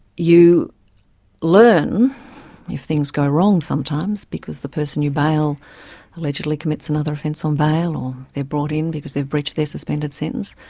you learn if things go wrong sometimes because the person you bail allegedly commits another offence on bail or they are brought in because they've breached their suspended sentence,